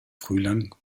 frühling